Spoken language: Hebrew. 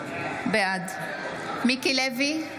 בעד מיקי לוי,